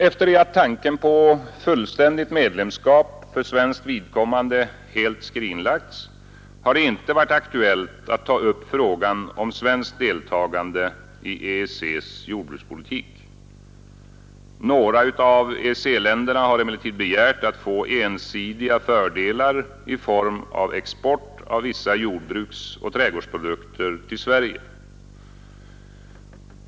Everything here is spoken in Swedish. Efter det att tanken på fullständigt medlemskap för svenskt vidkommande helt skrinlagts har det inte varit aktuellt att ta upp frågan om svenskt deltagande i EEC:s jordbrukspolitik. Några av EEC-länderna har emellertid begärt att få ensidiga fördelar i fråga om export av vissa jordbruksoch trädgårdsprodukter till Sverige.